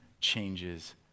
changes